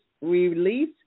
release